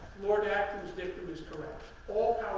lord acton's statement was correct. all